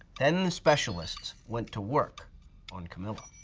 then the specialists went to work on camilla.